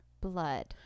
blood